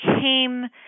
came